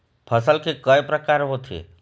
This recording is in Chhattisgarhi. फसल के कय प्रकार होथे?